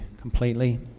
completely